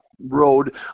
road